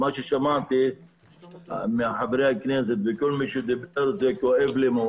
מה ששמעתי מחברי הכנסת ומכל מי שדיבר זה כואב לי מאוד.